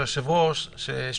לקורונה.